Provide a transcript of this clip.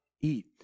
eat